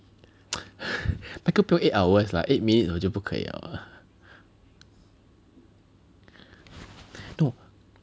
那个不用 eight hours eight minutes 我就不可以了